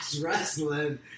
wrestling